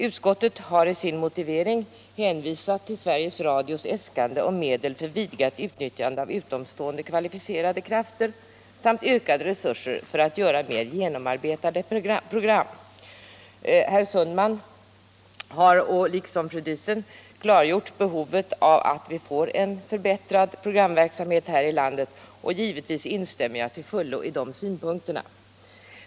Utskottet har i sin motivering hänvisat till Sveriges Radios äskande om medel för vidgat utnyttjande av utomstående, kvalificerade krafter och om ökade resurser för att göra mera genomarbetade program. Herr Sundman har liksom fru Diesen klargjort behovet av en förbättrad programverksamhet. Givetvis instämmer jag i deras synpunkter.